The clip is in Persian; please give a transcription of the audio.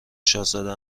شاهزاده